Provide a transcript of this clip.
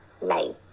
life